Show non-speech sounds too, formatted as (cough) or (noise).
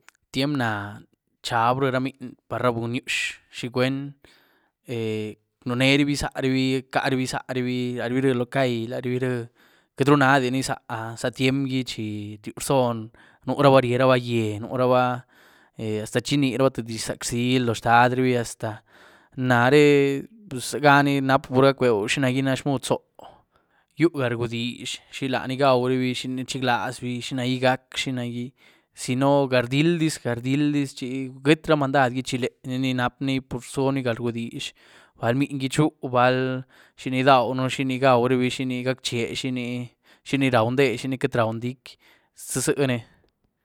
Tyiem nah nxab ríé ra mniny par ra bunynyux, ¿xi cwuen? (hesitation) nunerabi zárabi, rcarabi zárabi, larabi rïée lo caí, larabi rïée, queity runadini za-za tyiem gí chi ryu rzon nuraba ríeraba gyié, nuraba (hesitation) hasta chi inyeraba tïé dizh zac rzily loóh xtadrubi, hasta, nareh puz zigani na pur gac'bew xinagí na xmuud zóh, yuu gargudizh, xilanì gauwrubi, xini rchiglazbi, xinagí gac' xinagí, zino galrdieldiz-galrdieldiz chi queity ra mandadgí chyílé xini nap'ni pur zuni gargudizh bal mniny gí chi, bal xini idawën, xini gauwrubi, xini gac'che xini, xini rauw ndé, xini queity rauw ndiec' ziéni.